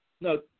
No